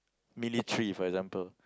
military for example